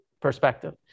perspective